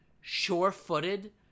sure-footed